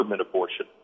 abortion